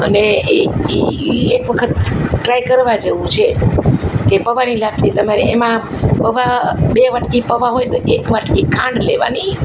અને એ એ એ એક વખત ટ્રાય કરવા જેવું છે કે પૌંઆની લાપસી તમારે એમાં પૌંઆ બે વાટકી પૌંઆ હોય તો એક વાટકી ખાંડ લેવાની